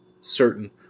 certain